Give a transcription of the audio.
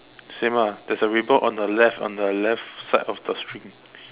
same lah there's a ribbon on the left on the left side of the string